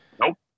Nope